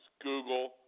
Google